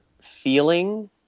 feeling